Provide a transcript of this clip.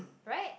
right